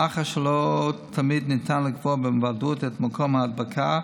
מאחר שלא תמיד ניתן לקבוע בוודאות את מקום ההדבקה,